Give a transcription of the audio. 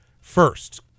first